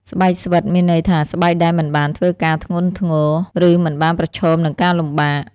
ស្បែកស្វិត មានន័យថា ស្បែកដែលមិនបានធ្វើការធ្ងន់ធ្ងរ ឬមិនបានប្រឈមនឹងការលំបាក។